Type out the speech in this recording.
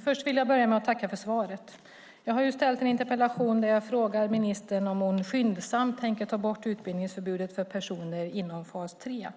Fru talman! Först vill jag tacka för svaret. Jag har ställt en interpellation där jag frågar ministern om hon skyndsamt tänker ta bort utbildningsförbudet för personer inom fas 3.